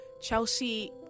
Chelsea